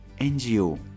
NGO